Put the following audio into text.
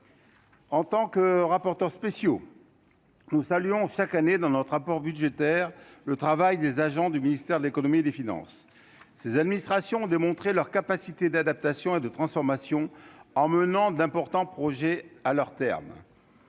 En tant que rapporteurs spéciaux nous saluons chaque année dans notre rapport budgétaire le travail des agents du ministère de l'Économie et des Finances ces administrations ont démontré leur capacité d'adaptation et de transformation en menant d'importants projets à leur terme,